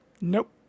Nope